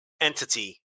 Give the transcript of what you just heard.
entity